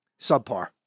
Subpar